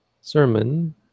sermon